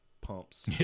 pumps